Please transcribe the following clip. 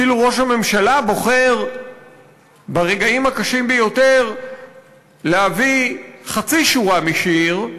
אפילו ראש הממשלה בוחר ברגעים הקשים ביותר להביא חצי שורה משיר,